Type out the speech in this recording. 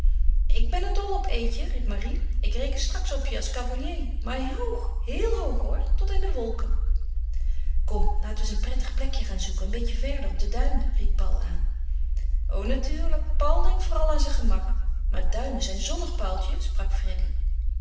ik ben er dol op eetje riep marie ik reken straks op je als cavalier maar hoog heel hoog hoor tot in de wolken kom laten we eens een prettig plekje gaan zoeken een beetje verder op de duinen ried paul aan o natuurlijk paul denkt vooral aan zijn gemak maar duinen zijn zonnig paultje sprak freddy